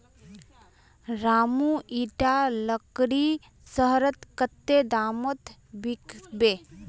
रामू इटा लकड़ी शहरत कत्ते दामोत बिकबे